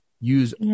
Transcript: use